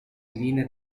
linee